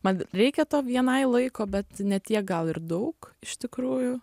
man reikia to vienai laiko bet ne tiek gal ir daug iš tikrųjų